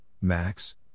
Max